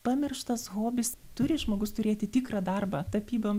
pamirštas hobis turi žmogus turėti tikrą darbą tapyba